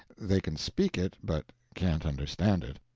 they can speak it, but can't understand it.